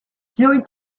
joi